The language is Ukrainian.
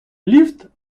ліфт